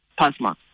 PASMA